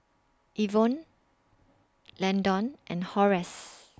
Ivonne Landon and Horace